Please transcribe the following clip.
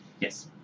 Yes